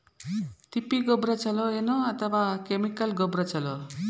ತಿಪ್ಪಿ ಗೊಬ್ಬರ ಛಲೋ ಏನ್ ಅಥವಾ ಕೆಮಿಕಲ್ ಗೊಬ್ಬರ ಛಲೋ?